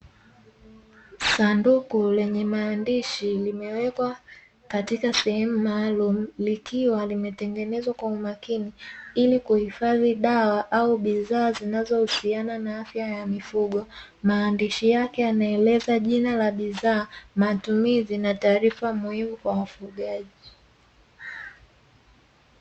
Sanduku lenye maandishi, limewekwa katika sehemu maalumu likiwa limetengenezwa kwa umakini, ili kuhifadhi dawa au bidhaa zinazo husiana na afya ya mifugo, maandishi yake yameeleza jina la bidhaa, matumizi na taarifa muhimu kwa wafugaji.